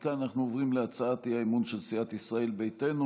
מכאן אנחנו עוברים להצעת האי-אמון של סיעת ישראל ביתנו,